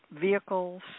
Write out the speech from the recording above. vehicles